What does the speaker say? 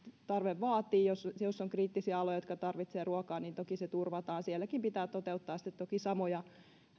tarve vaatii jos on kriittisiä aloja jotka tarvitsevat ruokaa niin toki se turvataan sielläkin pitää sitten toteuttaa toki samoja